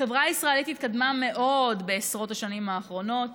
החברה הישראלית התקדמה מאוד בעשרות השנים האחרונות,